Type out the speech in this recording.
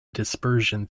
dispersion